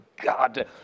god